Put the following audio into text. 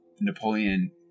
Napoleon